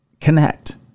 connect